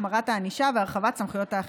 החמרת הענישה והרחבת סמכויות האכיפה.